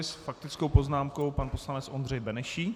S faktickou poznámkou pan poslanec Ondřej Benešík.